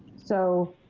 so,